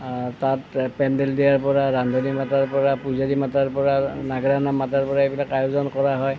তাত পেণ্ডেল দিয়াৰ পৰা ৰান্ধনি মাতাৰ পৰা পূজাৰী মাতাৰ পৰা নাগাৰা নাম মাতাৰ পৰা এইবিলাক আয়োজন কৰা হয়